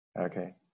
Okay